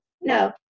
no